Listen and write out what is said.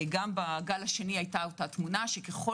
גם בגל השני היתה אותה תמונה ככל